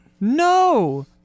No